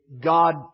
God